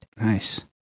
nice